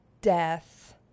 death